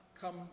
come